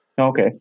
Okay